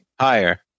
Higher